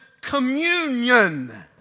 communion